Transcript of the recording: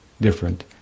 different